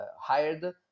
hired